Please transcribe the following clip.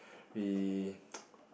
we